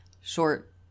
short